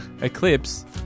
eclipse